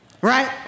right